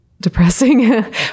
depressing